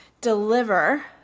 deliver